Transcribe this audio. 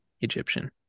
Egyptian